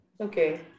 Okay